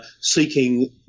seeking